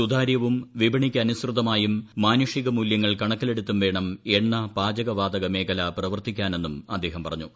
സുതാര്യവും വിപണിക്ക് അനുസൃതവുമായും മാനുഷിക മൂല്യങ്ങൾ കണക്കിലെടുത്തും വേണം എണ്ണ പാചക വാതക മേഖല പ്രവർത്തിക്കാനെന്നും അദ്ദേഹം പറഞ്ഞു